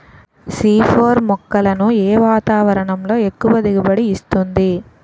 C four మొక్కలను ఏ వాతావరణంలో ఎక్కువ దిగుబడి ఇస్తుంది?